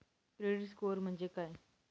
Credit score म्हणजे काय?